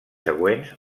següents